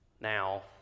now